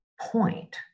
point